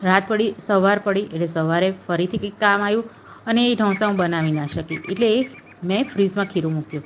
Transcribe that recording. રાત પડી સવાર પડી એટલે સવારે ફરીથી કંઈક કામ આવ્યું અને એ ઢોસા હું બનાવી ના શકી એટલે એ મેં ફ્રિજમાં ખીરું મૂક્યું